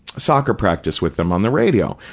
soccer practice with them on the radio,